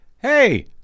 Hey